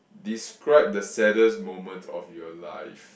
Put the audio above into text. describe the saddest moment of your life